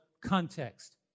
context